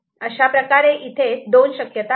अशाप्रकारे इथे दोन शक्यता आहेत